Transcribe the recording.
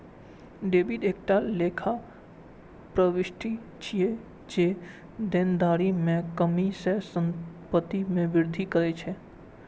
debit एकटा लेखा प्रवृष्टि छियै, जे देनदारी मे कमी या संपत्ति मे वृद्धि करै छै